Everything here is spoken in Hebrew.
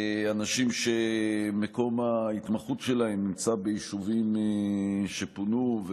אנשים שמקום ההתמחות שלהם נמצא ביישובים שפונו,